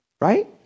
right